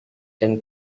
dan